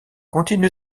continué